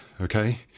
Okay